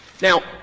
Now